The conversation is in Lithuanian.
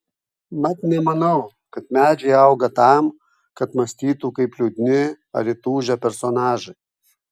mat nemanau kad medžiai auga tam kad mąstytų kaip liūdni ar įtūžę personažai